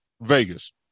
Vegas